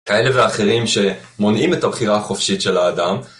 כאלה ואחרים שמונעים את הבחירה החופשית של האדם